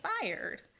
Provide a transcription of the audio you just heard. fired